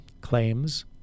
claims